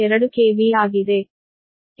2 KV ಆಗಿದೆ